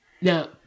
Now